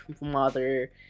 mother